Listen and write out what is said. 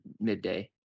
midday